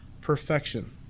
perfection